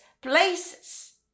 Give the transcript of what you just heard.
places